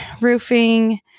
roofing